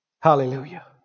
Hallelujah